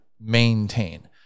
maintain